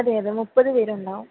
അതെ അതെ മുപ്പത് പേര് ഉണ്ടാകും